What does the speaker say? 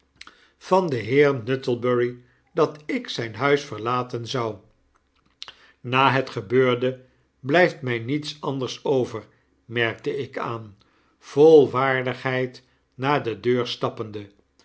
van den heer nuttlebury dat ik zyn huis verlaten zou na het gebeurde blyft mij niets anders over merkte ik aan vol waardigheid naarde deur stappende